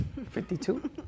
52